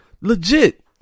Legit